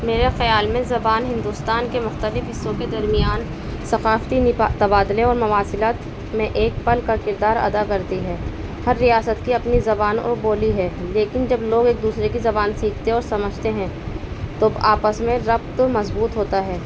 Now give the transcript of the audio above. میرے خیال میں زبان ہندوستان کے مختلف حصوں کے درمیان ثقافتی تبادلے اور مواصلات میں ایک پل کا کردار ادا کرتی ہے ہر ریاست کی اپنی زبان اور بولی ہے لیکن جب لوگ ایک دوسرے کی زبان سیکھتے اور سمجھتے ہیں تو آپس میں ربط مضبوط ہوتا ہے